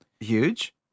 huge